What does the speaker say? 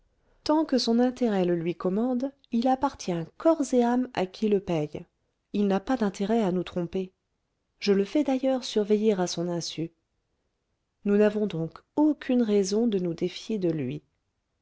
tant que son intérêt le lui commande il appartient corps et âme à qui le paye il n'a pas d'intérêt à nous tromper je le fais d'ailleurs surveiller à son insu nous n'avons donc aucune raison de nous défier de lui